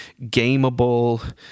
gameable